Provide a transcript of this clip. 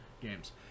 Games